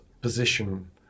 position